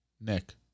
Nick